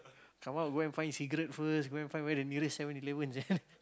someone will go find a cigarette first go and find where the nearest Seven-Eleven sia